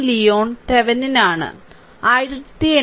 Leon Thevenin ആണ്